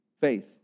faith